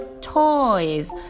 toys